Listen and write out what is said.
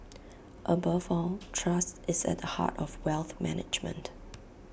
above all trust is at the heart of wealth management